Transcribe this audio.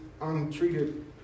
untreated